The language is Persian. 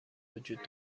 وجود